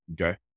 Okay